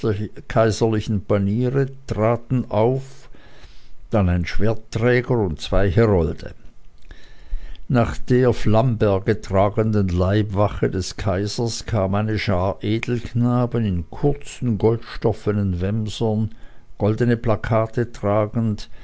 kaiserlichen paniere traten auf dann ein schwertträger und zwei herolde nach der flamberge tragenden leibwache des kaisers kam eine schar edelknaben in kurzen goldstoffenen wämsern goldene pokale tragend